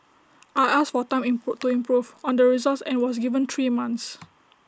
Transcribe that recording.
I asked for time improve to improve on the results and was given three months